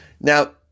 Now